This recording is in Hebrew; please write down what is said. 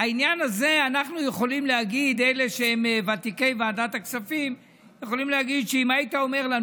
אלה שהם ותיקי ועדת הכספים יכולים להגיד שאם היית אומר לנו,